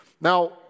Now